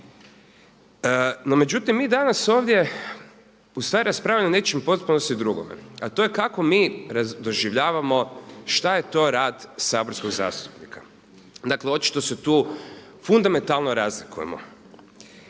No međutim, mi danas ovdje u stvari raspravljamo u potpunosti drugome, a to je kako mi doživljavamo šta je to rad saborskog zastupnika. Dakle, očito se tu fundamentalno razlikujemo.